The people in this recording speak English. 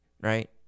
Right